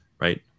Right